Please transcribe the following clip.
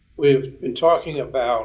we've been talking about